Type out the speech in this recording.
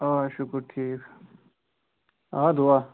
آ شُکر ٹھیٖک آ دُعا